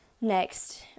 next